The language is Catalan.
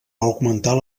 augmentar